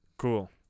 cool